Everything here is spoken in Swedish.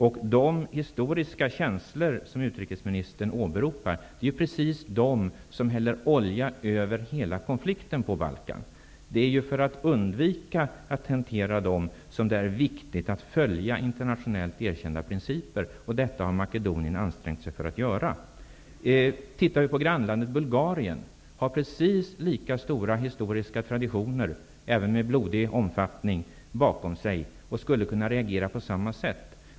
Det är de historiska känslor som utrikesministern åberopar som är oljan i hela konflikten på Balkan. Det är ju för att undvika att tentera dem, som det är viktigt att följa internationellt erkända principer, och detta har Makedonien ansträngt sig för att göra. Grannlandet Bulgarien har precis lika starka historiska traditioner, även med blodig omfattning, bakom sig och skulle kunna reagera på samma sätt.